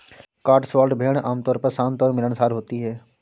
Cotswold भेड़ आमतौर पर शांत और मिलनसार होती हैं